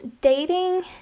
dating